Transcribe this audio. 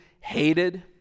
hated